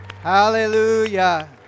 Hallelujah